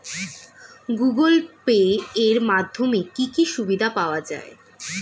Google Pay এর মাধ্যমে কি কি সুবিধা পাওয়া যায়?